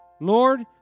Lord